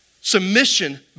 Submission